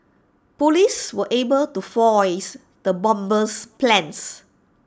Police were able to foil the bomber's plans